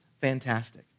fantastic